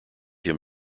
him